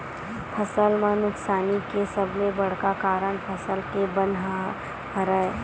फसल म नुकसानी के सबले बड़का कारन फसल के बन ह हरय